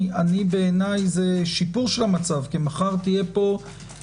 בעיניי זה שיפור של המצב כי מחר אפילו